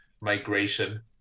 migration